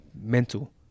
mental